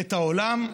את העולם,